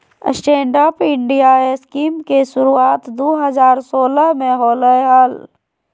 stand up India scheme के शुरुआत दू हज़ार सोलह में होलय हल